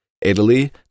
Italy